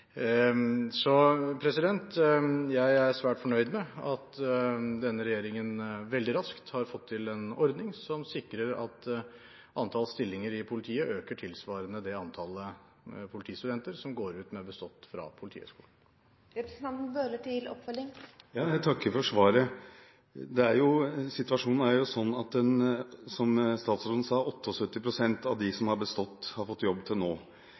svært fornøyd med at denne regjeringen veldig raskt har fått til en ordning som sikrer at antall stillinger i politiet øker tilsvarende det antallet politistudenter som går ut med bestått fra Politihøgskolen. Jeg takker for svaret. Situasjonen er, som statsråden sa, at 78 pst. av dem som har bestått, har fått jobb til nå.